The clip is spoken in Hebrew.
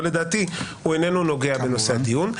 לדעתי הוא איננו נוגע בנושא הדיון.